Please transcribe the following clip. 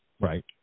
right